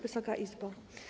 Wysoka Izbo!